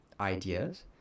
ideas